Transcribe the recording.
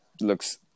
Looks